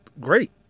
great